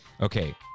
okay